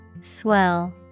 Swell